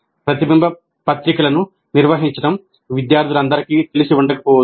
ప్రతిబింబ పత్రికలను నిర్వహించడం విద్యార్థులందరికీ తెలిసి ఉండకపోవచ్చు